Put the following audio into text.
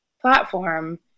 platform